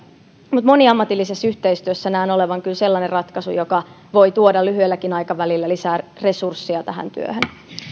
mutta moniammatillisessa yhteistyössä näen kyllä olevan sellaisen ratkaisun joka voi tuoda lyhyelläkin aikavälillä lisää resurssia tähän työhön